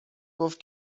گفت